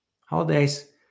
Holidays